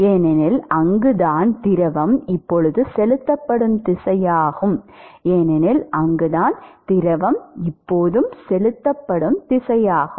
ஏனெனில் அங்குதான் திரவம் இப்போது செலுத்தப்படும் திசையாகும்